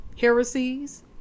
heresies